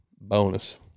bonus